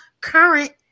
current